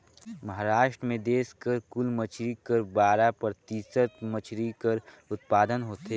महारास्ट में देस कर कुल मछरी कर बारा परतिसत मछरी कर उत्पादन होथे